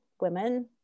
women